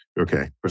Okay